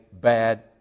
bad